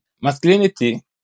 masculinity